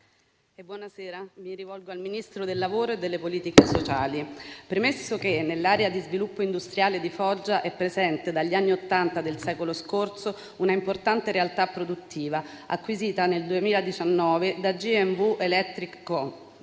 finestra"). - *Al Ministro del lavoro e delle politiche sociali* - Premesso che: nell'area di sviluppo industriale di Foggia è presente dagli anni '80 del secolo scorso un'importante realtà produttiva, acquisita nel 2019 da G&W Electric Co.,